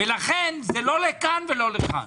לכן זה לא לכאן ולא לכאן